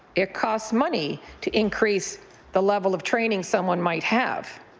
it costs money to increase the level of training someone might have,